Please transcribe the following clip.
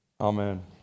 Amen